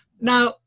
Now